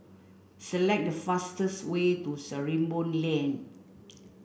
select the fastest way to Sarimbun Lane